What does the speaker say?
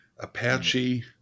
Apache